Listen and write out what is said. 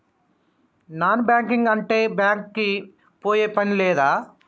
Non banking అంటే bank కి పోయే పని లేదా?